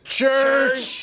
church